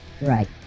Right